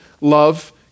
love